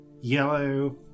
yellow